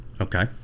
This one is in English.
Okay